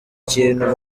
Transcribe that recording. kintu